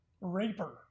raper